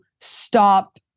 stop